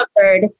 covered